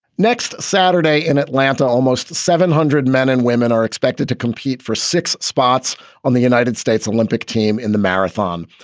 next saturday in atlanta, almost seven hundred men and women are expected to compete for six spots on the united states olympic team in the marathon.